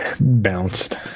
bounced